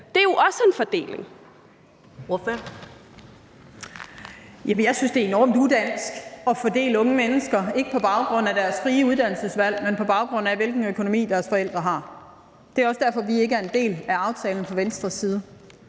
Ellen Trane Nørby (V): Jeg synes, det er enormt udansk at fordele unge mennesker ikke på baggrund af deres frie uddannelsesvalg, men på baggrund af, hvilken økonomi deres forældre har. Det er også derfor, vi ikke er en del af aftalen fra Venstres side.